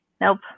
nope